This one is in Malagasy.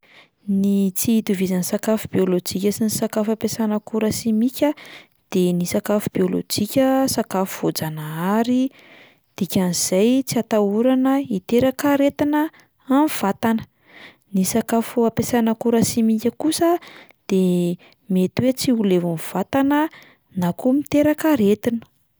Ny tsy itovizan'ny sakafo biôlôjika sy ny sakafo ampiasana akora simika de ny sakafo biôlôjika sakafo voajanahary, dikan'izay tsy atahorana hiteraka aretina amin'ny vatana, ny sakafo ampiasaina akora simika kosa de mety hoe tsy ho levon'ny vatana na koa miteraka aretina.